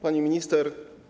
Pani Minister!